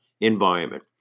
environment